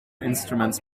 instruments